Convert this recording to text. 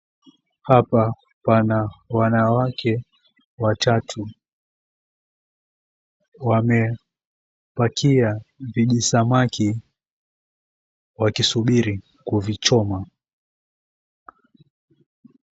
Hapa pana wanawake watatu, wamepakia vijisamaki wakisubiri kuvichoma.